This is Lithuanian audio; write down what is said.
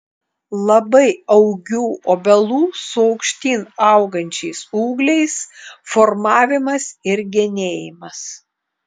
labai augių obelų su aukštyn augančiais ūgliais formavimas ir genėjimas